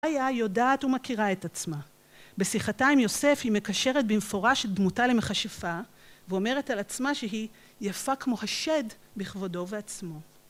איה יודעת ומכירה את עצמה. בשיחתה עם יוסף היא מקשרת במפורש את דמותה למכשפה, ואומרת על עצמה שהיא יפה כמו השד בכבודו ובעצמו